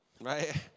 Right